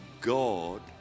God